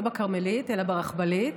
לא בכרמלית, אלא ברכבלית.